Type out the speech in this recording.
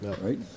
right